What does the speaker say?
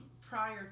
prior